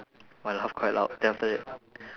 my laugh quite loud then after that